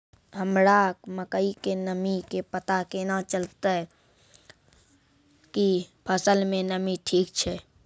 हमरा मकई के नमी के पता केना चलतै कि फसल मे नमी ठीक छै?